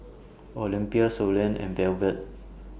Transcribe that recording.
Olympia Suellen and Velvet